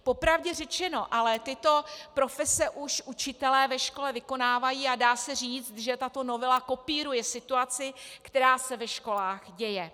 Po pravdě řečeno, ale tyto profese už učitelé ve škole vykonávají a dá se říct, že tato novela kopíruje situaci, která se ve školách děje.